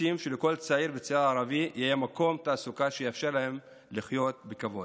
רוצים שלכל צעיר וצעירה ערבים יהיה מקום תעסוקה שיאפשר להם לחיות בכבוד,